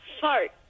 fart